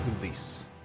release